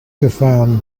gefahren